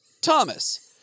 Thomas